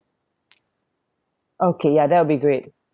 okay ya that will be great